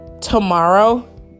tomorrow